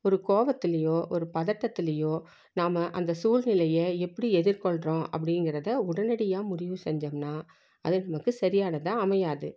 ஒரு கோபத்துலையோ ஒரு பதட்டத்துலேயோ நாம் அந்த சூழ்நிலைய எப்படி எதிர்கொள்றோம் அப்படிங்கிறத உடனடியாக முடிவு செஞ்சம்னால் அது நமக்கு சரியானதாக அமையாது